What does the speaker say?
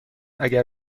اگر